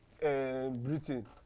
Britain